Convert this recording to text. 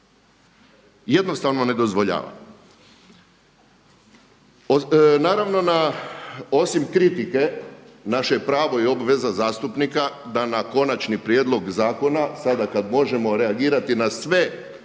Jednostavno ne dozvoljava.